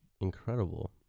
incredible